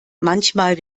manchmal